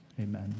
Amen